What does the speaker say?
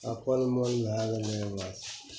अपन मोन भै गेलैए